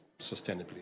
sustainably